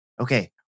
Okay